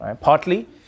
Partly